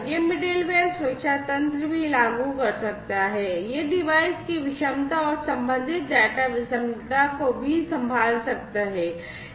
यह मिडलवेयर सुरक्षा तंत्र भी लागू कर सकता है यह डिवाइस की विषमता और संबंधित डेटा विषमता को भी संभाल सकता है